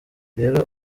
rero